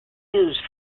used